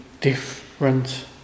different